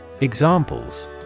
Examples